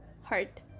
heart